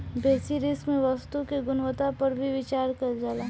बेसि रिस्क में वस्तु के गुणवत्ता पर भी विचार कईल जाला